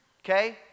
okay